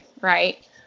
right